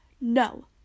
No